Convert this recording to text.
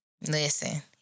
Listen